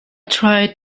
tried